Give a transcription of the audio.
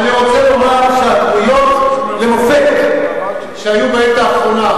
ואני רוצה לומר שהדמויות למופת שהיו בעת האחרונה,